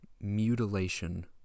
mutilation